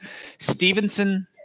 Stevenson